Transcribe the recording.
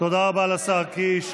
תודה רבה לשר קיש.